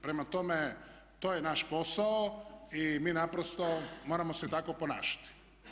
Prema tome, to je naš posao i mi naprosto moramo se tako ponašati.